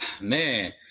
man